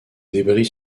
débris